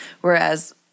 whereas